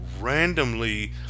randomly